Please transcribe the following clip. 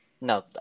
No